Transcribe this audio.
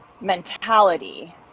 mentality